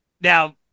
Now